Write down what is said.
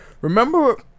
remember